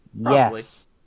Yes